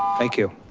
thank you.